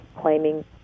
claiming